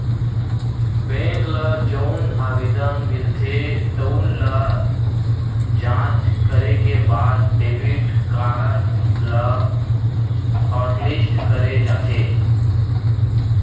bank ल जउन आवेदन मिलथे तउन ल जॉच करे के बाद डेबिट कारड ल हॉटलिस्ट करे जाथे